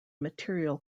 material